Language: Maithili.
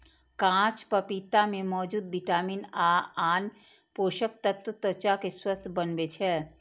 कांच पपीता मे मौजूद विटामिन आ आन पोषक तत्व त्वचा कें स्वस्थ बनबै छै